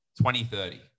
2030